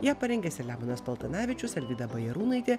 ją parengė selemonas paltanavičius alvyda bajarūnaitė